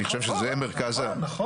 נכון, נכון.